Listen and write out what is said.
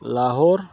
Lahore